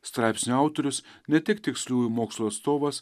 straipsnio autorius ne tik tiksliųjų mokslų atstovas